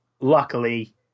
luckily